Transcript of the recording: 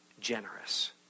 generous